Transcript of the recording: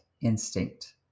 instinct